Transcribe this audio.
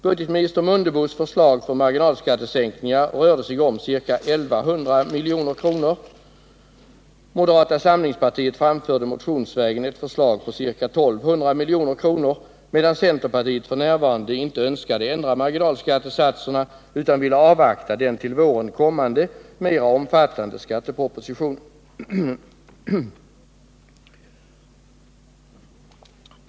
Budetminister Mundebos förslag om marginalskattesänkningar rörde sig om ca 1 100 milj.kr., och moderata samlingspartiet framförde motionsvägen ett förslag på ca 1200 milj.kr., medan centerpartiet inte önskade ändra marginalskattesatserna utan ville avvakta den till våren kommande, mer omfattande skattepropositionen.